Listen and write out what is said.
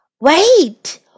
Wait